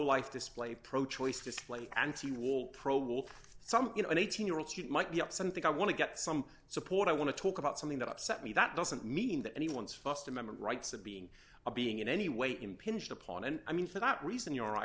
life display pro choice display anti wall pro wolf some you know an eighteen year olds who might be up something i want to get some support i want to talk about something that upset me that doesn't mean that anyone's st amendment rights of being a being in any way impinged upon and i mean for that reason your i